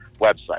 website